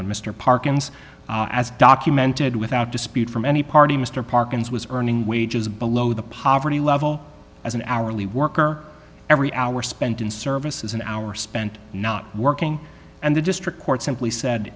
on mr parkins as documented without dispute from any party mr parkins was earning wages below the poverty level as an hourly worker every hour spent in service is an hour spent not working and the district court simply said